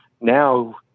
now